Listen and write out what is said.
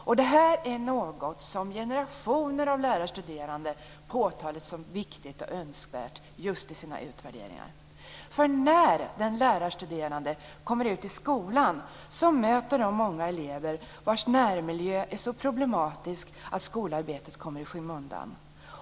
Och detta är något som generationer av lärarstuderande påtalat som viktigt och önskvärt just i sina utvärderingar, därför att när de lärarstuderande kommer ut i skolan möter de många elever vilkas närmiljö är så problematisk att skolarbetet kommer i skymundan.